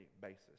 basis